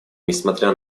несмотря